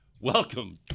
welcome